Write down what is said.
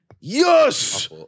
Yes